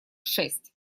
шесть